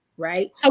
Right